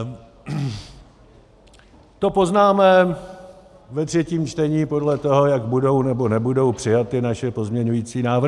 To poznáme ve třetím čtení podle toho, jak budou nebo nebudou přijaty naše pozměňující návrhy.